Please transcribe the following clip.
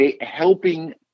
helping